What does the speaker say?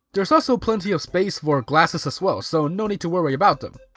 there's also plenty of space for glasses as well, so no need to worry about them.